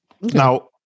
Now